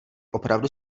opravdu